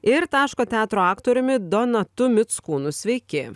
ir taško teatro aktoriumi donatu mickūnu sveiki